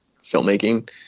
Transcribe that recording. filmmaking